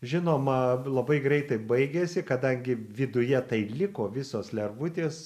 žinoma labai greitai baigėsi kadangi viduje tai liko visos lervutės